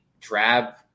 drab